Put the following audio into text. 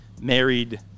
married